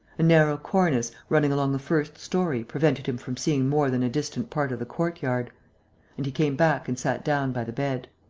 a narrow cornice, running along the first story, prevented him from seeing more than a distant part of the courtyard and he came back and sat down by the bed.